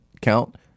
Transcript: count